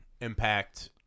impact